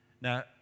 Now